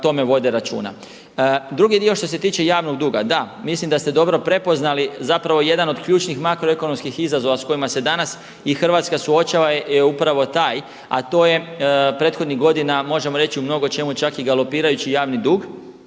Drugi dio što se tiče javnog duga, da, mislim da ste dobro prepoznali zapravo jedan od ključnih makroekonomskih izazova s kojima se danas i Hrvatska suočava je upravo taj a to je prethodnih godina možemo reći u mnogočemu čak i galopirajući javni dug